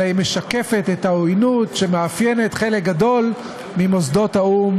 אלא היא משקפת את העוינות שמאפיינת חלק גדול ממוסדות האו"ם,